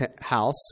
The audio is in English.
house